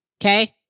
okay